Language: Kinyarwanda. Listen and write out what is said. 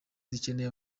dukeneye